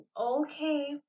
okay